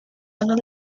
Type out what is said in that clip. other